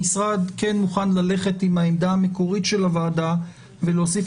המשרד כן מוכן ללכת עם העמדה המקורית של הוועדה ולהוסיף